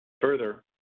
Further